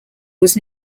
was